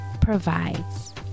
provides